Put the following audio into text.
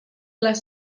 les